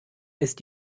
ist